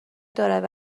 دارد